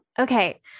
Okay